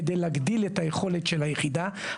כדי להגדיל את היכולת של היחידה,